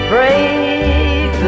Break